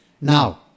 now